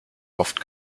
oft